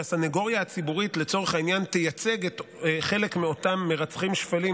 שהסנגוריה הציבורית לצורך העניין תייצג חלק מאותם מרצחים שפלים,